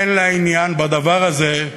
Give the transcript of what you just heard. אין לה עניין בדבר הזה,